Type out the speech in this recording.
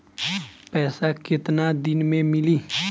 पैसा केतना दिन में मिली?